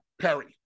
Perry